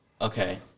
okay